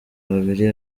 babiri